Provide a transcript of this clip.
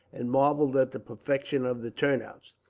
and marvelled at the perfection of the turnouts.